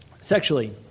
sexually